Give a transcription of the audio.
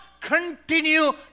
continue